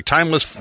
Timeless